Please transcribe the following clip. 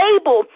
able